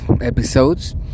episodes